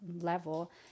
level